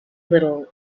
little